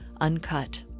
Uncut